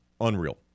Unreal